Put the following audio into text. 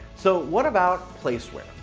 so what about placeware?